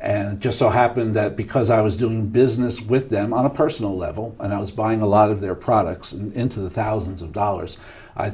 and just so happened that because i was doing business with them on a personal level and i was buying a lot of their products into the thousands of dollars i